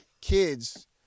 kids